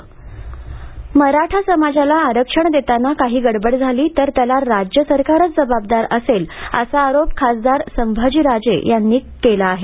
संभाजी राजे मराठा समाजाला आरक्षण देताना काही गडबड झाली तर त्याला राज्य सरकारच जबाबदार असेल असा आरोप खासदार संभाजी राजे यांनी केला आहे